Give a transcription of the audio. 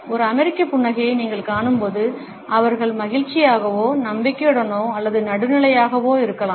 ஒரு அமெரிக்க புன்னகையை நீங்கள் காணும்போது அவர்கள் மகிழ்ச்சியாகவோ நம்பிக்கையுடனோ அல்லது நடுநிலையாகவோ இருக்கலாம்